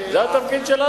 זה התפקיד שלנו.